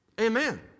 Amen